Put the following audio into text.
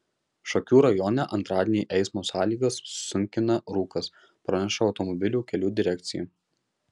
šakių rajone antradienį eismo sąlygas sunkina rūkas praneša automobilių kelių direkcija